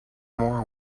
more